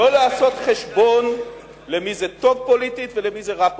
לא לעשות חשבון למי זה טוב פוליטית ולמי זה רע פוליטית,